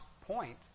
point